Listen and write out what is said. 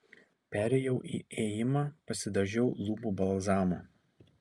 perėjau į ėjimą pasidažiau lūpų balzamu